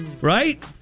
Right